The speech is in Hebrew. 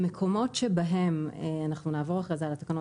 במקומות בהם אנחנו אחר כך נעבור על התקנות